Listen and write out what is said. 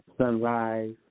sunrise